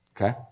Okay